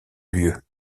lieu